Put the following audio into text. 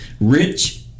rich